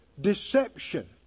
deception